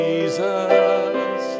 Jesus